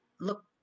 look